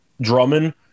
Drummond